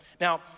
Now